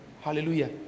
hallelujah